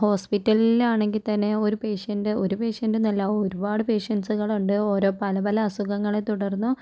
ഹോസ്പ്പിറ്റലിൽ ആണെങ്കിൽ തന്നെ ഒരു പേഷ്യൻറ്റ് ഒരു പേഷ്യൻറ്റന്നല്ല ഒരുപാട് പേഷ്യൻസുകളുണ്ട് ഓരോ പല പല അസുഖങ്ങളെത്തുടർന്നു